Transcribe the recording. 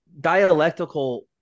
dialectical